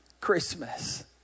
Christmas